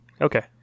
Okay